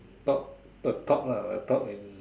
top the top lah the top in